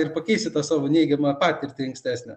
ir pakeisit tą savo neigiamą patirtį ankstesnę